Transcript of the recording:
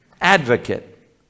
advocate